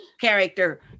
Character